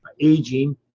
aging